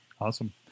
Awesome